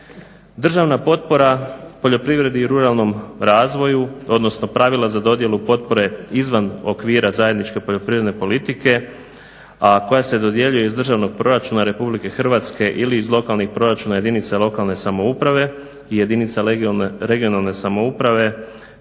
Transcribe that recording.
Državna potpora poljoprivredi i ruralnom razvoju odnosno pravila za dodjelu potpore izvan okvira zajedničke poljoprivredne politike a koja se dodjeljuje iz državnog proračuna RH ili iz lokalnih proračuna jedinica lokalne samouprave i jedinica regionalne samouprave